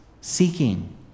seeking